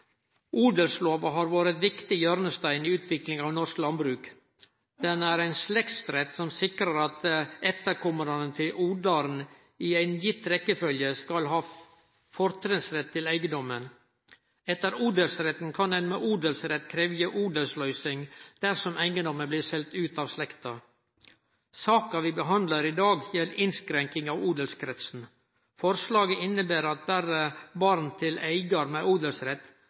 Odelslova har vore ein viktig hjørnestein i utviklinga av norsk landbruk. Den er ein slektsrett som sikrar at etterkommarane til odlaren i ei gjeven rekkefølge skal ha fortrinnsrett til eigedomen. Etter odelsretten kan ein med odelsrett krevje odelsløysing dersom eigedomen blir seld ut av slekta. Saka vi behandlar i dag, gjeld innskrenking av odelskretsen. Forslaget inneber at berre barn til eigar med odelsrett,